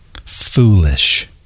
foolish